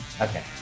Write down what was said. Okay